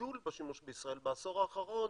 הגידול בשימוש בישראל בעשור האחרון